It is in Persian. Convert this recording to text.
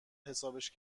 حسابش